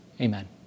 Amen